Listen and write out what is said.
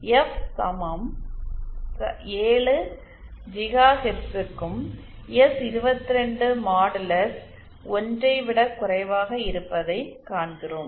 F 7 ஜிகாஹெர்ட்ஸ்க்கும் எஸ்22 modulus 1 ஐ விடக் குறைவாக இருப்பதைக் காண்கிறோம்